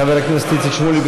חבר הכנסת איציק שמולי,